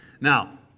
Now